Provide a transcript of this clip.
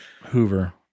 Hoover